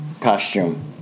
costume